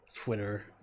Twitter